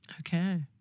Okay